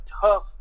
tough